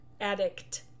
Addict